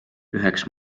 üheks